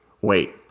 wait